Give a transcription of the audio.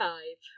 Five